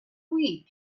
week